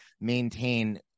maintain